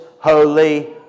holy